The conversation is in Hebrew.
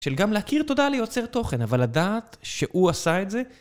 של גם להכיר תודה ליוצר תוכן, אבל לדעת שהוא עשה את זה.